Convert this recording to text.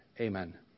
Amen